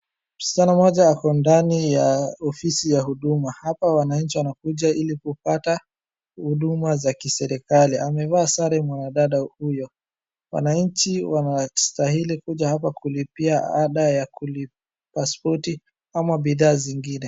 Msichana mmoja ako ndani ya ofisi ya huduma. Hapa wananchi wanakuja ili kupata huduma za kiserikali. Amevaa sare wanadada huyo. Wananchi wanastahili kuja hapa kulipia ada ya kulipa spoti, ama bidhaa zingine.